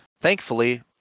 thankfully